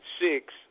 six